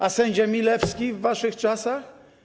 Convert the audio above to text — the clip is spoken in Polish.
A sędzia Milewski w waszych czasach?